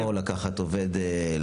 מתורגמן, לא לקחת עובד.